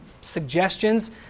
suggestions